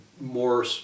more